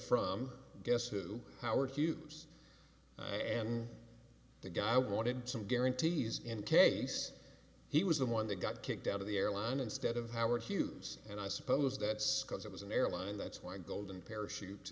from guess who howard hughes and the guy wanted some guarantees in case he was the one that got kicked out of the airline instead of howard hughes and i suppose that scuzz it was an airline that's why golden parachute